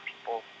people